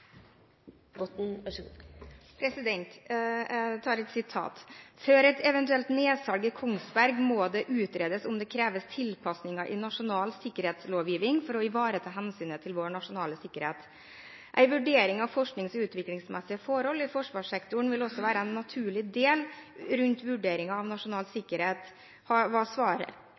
Botten – til oppfølgingsspørsmål. Jeg tar et sitat: «Før et eventuelt nedsalg i Kongsberg må det utredes om det kreves tilpasninger i nasjonal sikkerhetslovgivning for å ivareta hensynet til vår nasjonale sikkerhet. En vurdering av forsknings- og utviklingsmessige forhold i forsvarssektoren vil også være en naturlig del rundt vurderingen av nasjonal sikkerhet.»